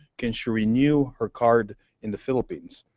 can she renew her card in the philippines?